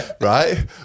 right